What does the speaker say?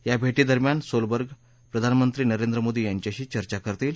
या भेटीदरम्यान सोलबर्ग प्रधानमंत्री नरेंद्र मोदी यांच्याशी चर्चा करतील